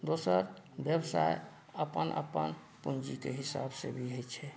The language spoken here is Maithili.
दोसर व्यवसाय अपन अपन पञ्जीके हिसाबसँ भी होइत छै